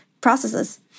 processes